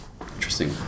Interesting